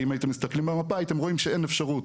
שאם הייתם מסתכלים במפה הייתם רואים שאין אפשרות